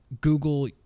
Google